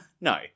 No